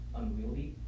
unwieldy